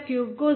999 గ్రాములు